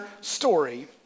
story